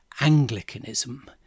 Anglicanism